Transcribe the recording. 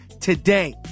today